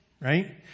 Right